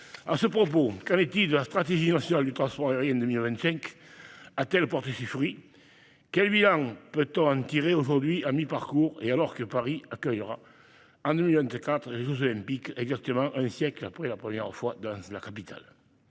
ministre, qu'en est-il de la stratégie nationale du transport aérien 2025 ? A-t-elle porté ses fruits ? Quel bilan peut-on en tirer aujourd'hui, à mi-parcours, et alors que Paris accueillera en 2024 les jeux Olympiques, exactement un siècle après leur première organisation dans la capitale ?